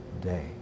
day